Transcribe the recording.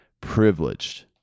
privileged